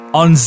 on